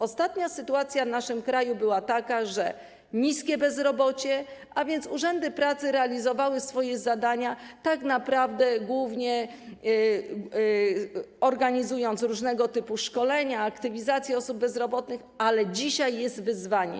Ostatnia sytuacja w naszym kraju była taka, że było niskie bezrobocie, a więc urzędy pracy realizowały swoje zadania, tak naprawdę głównie organizując różnego typu szkolenia, aktywizacje osób bezrobotnych, ale dzisiaj jest wyzwanie.